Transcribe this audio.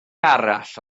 arall